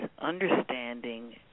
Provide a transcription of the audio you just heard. understanding